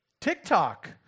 TikTok